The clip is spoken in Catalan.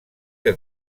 que